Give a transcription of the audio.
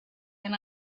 and